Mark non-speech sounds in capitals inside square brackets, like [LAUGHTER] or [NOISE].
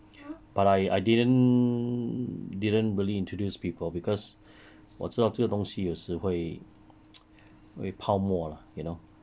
but I I didn't didn't really introduced people because 我知道这个东西有时会 [NOISE] 会泡沫 lah you know